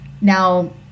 now